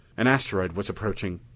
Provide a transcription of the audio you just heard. an asteroid was approaching,